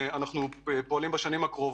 אנחנו פועלים על מנת לרכוש בשנים הקרובות